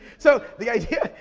so, the idea,